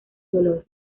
dolor